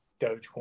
Dogecoin